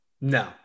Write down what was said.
No